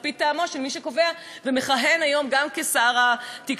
על-פי טעמו של מי שקובע ומכהן היום גם כשר התקשורת.